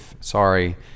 sorry